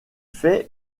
fait